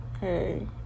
hey